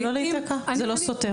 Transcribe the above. זה לא להיתקע, זה לא סותר.